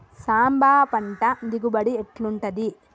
సాంబ పంట దిగుబడి ఎట్లుంటది?